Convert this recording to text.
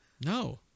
No